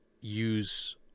use